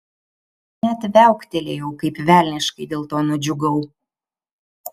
net viauktelėjau kaip velniškai dėl to nudžiugau